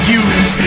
use